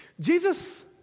Jesus